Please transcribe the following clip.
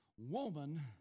woman